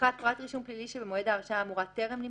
(1)פרט רישום פלילי שבמועד ההרשעה האמורה טרם נמחק,